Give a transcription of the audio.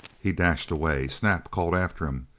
he dashed away. snap called after him,